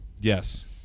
Yes